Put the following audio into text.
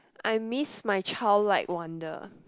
I miss my childlike wonder